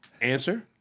answer